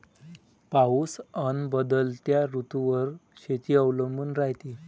पाऊस अन बदलत्या ऋतूवर शेती अवलंबून रायते